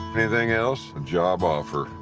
anything else? a job offer,